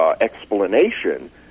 explanation